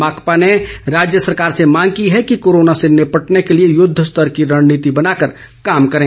माकपा ने राज्य सरकार से मांग की है कि कोरोना से निपटने के लिए युद्ध स्तर की रणनीति बनाकर काम करें